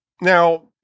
now